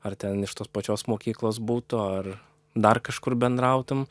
ar ten iš tos pačios mokyklos būtų ar dar kažkur bendrautum